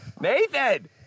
Nathan